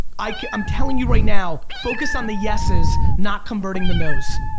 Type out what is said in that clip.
i'm telling you right now. focus on the yeses not converting the nos.